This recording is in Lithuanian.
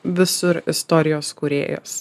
visur istorijos kūrėjas